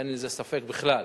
אין בזה ספק בכלל.